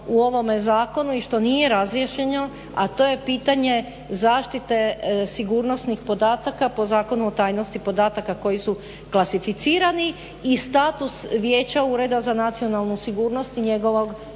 u ovome zakonu i što nije razriješeno a to je pitanje zaštite sigurnosnih podataka po Zakonu o tajnosti podataka koji su klasificirani i status vijeća Ureda za nacionalnu sigurnosti i njegovog